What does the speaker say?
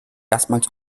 erstmals